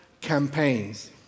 campaigns